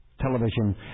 Television